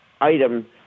item